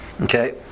Okay